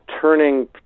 turning